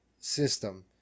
system